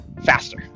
faster